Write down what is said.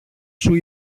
σου